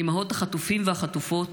החטופים והחטופות